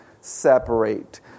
separate